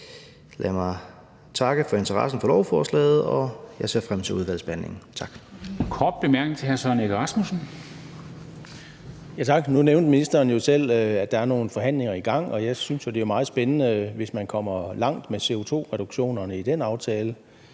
Jeg takker for interessen for lovforslaget og ser frem til udvalgsbehandlingen. Tak.